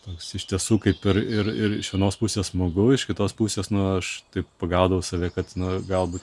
toks iš tiesų kaip ir ir ir iš vienos pusės smagu iš kitos pusės nu aš taip pagaudavau save kad na galbūt